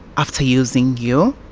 after using you,